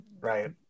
right